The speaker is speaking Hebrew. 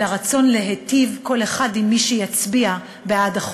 אלא רצון להיטיב, כל אחד, עם מי שיצביע בעד החוק.